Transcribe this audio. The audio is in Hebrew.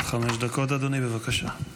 עד חמש דקות, אדוני, בבקשה.